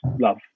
love